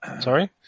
Sorry